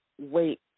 wait